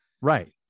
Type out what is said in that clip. Right